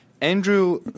Andrew